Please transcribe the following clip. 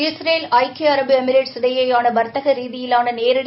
Israel ஐக்கிய அரபு Emirates இடையேயான வர்த்தக ரீதியிலான நேரடி